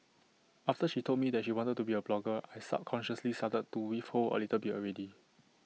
after she told me that she wanted to be A blogger I subconsciously started to withhold A little bit already